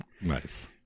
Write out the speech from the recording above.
Nice